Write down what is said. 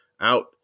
out